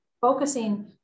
focusing